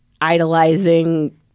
idolizing